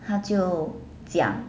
他就讲